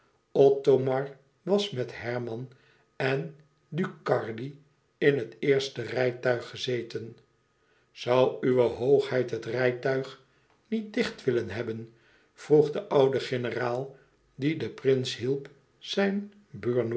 othomar was met herman en ducardi in het eerste rijtuig gezeten zoû uwe hoogheid het rijtuig niet dicht willen laten maken vroeg de oude generaal die den prins hielp zijn